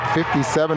57%